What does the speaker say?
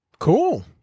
Cool